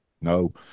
No